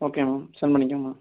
okay ma'am sent பண்ணிக்கங்க ma'am